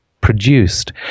produced